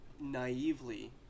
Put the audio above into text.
naively